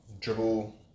dribble